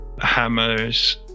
hammers